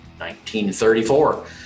1934